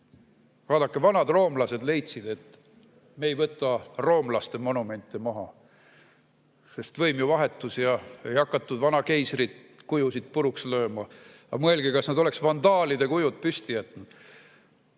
Vaadake, vanad roomlased leidsid, et me ei võta roomlaste monumente maha. Võim vahetus ja ei hakatud vana keisri kujusid puruks lööma. Aga mõelge, kas nad oleks vandaalide kujud püsti jätnud?!